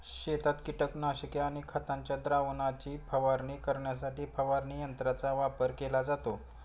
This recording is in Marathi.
शेतात कीटकनाशके आणि खतांच्या द्रावणाची फवारणी करण्यासाठी फवारणी यंत्रांचा वापर केला जातो